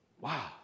Wow